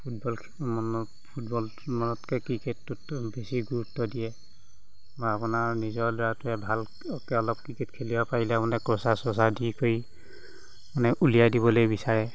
football মনত football মনতকৈ ক্ৰিকেটটোত বেছি গুৰুত্ব দিয়ে বা আপোনাৰ নিজৰ ল'ৰাটৱে ভালকৈ অলপ ক্ৰিকেট খেলিব পাৰিলে মানে কোচাৰ চচাৰ দি কৰি মানে উলিয়াই দিবলৈ বিচাৰে